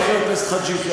חבר הכנסת חאג' יחיא,